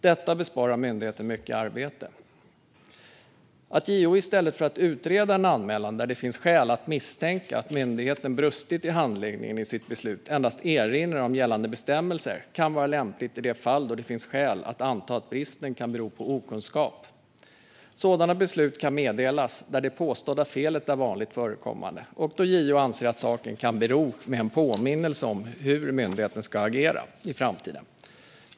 Detta besparar myndigheten mycket arbete. Att JO i stället för att utreda en anmälan, där det finns skäl att misstänka att myndigheten brustit i handläggningen inför sitt beslut, endast erinrar om gällande bestämmelser kan vara lämpligt i de fall där det finns skäl att anta att bristen kan bero på okunskap. Sådana beslut kan meddelas där det påstådda felet är vanligt förekommande och då JO anser att saken kan bero med en påminnelse om hur myndigheten ska agera i framtiden.